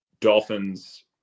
Dolphins